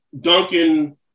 Duncan